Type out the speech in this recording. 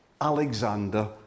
Alexander